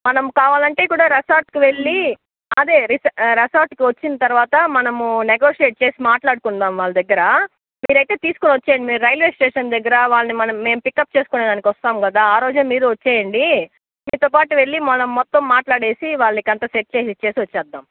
మనము కావాలంటే కూడ రిసార్ట్కి వెళ్ళి అదే రీ రిసార్ట్ వచ్చిన తరువాత మనము నెగోషియేట్ చేసి మాట్లాడుకుందాము వాళ్ళ దగ్గర మీరైతే తీసుకుని వచ్చేయండి మీరు రైల్వే స్టేషన్ దగ్గర వాళ్ళని మనము మేము పిక్అప్ చేసుకునేదానికి వస్తాం కదా ఆ రోజే మీరు వచ్చేయండి మీతోపాటు వెళ్ళి మనం మొత్తం మాట్లాడేసి వాళ్ళకి అంతా సెట్ చేసి ఇచ్చేసి వచ్చేద్దాం